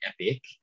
epic